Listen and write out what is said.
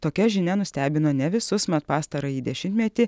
tokia žinia nustebino ne visus mat pastarąjį dešimtmetį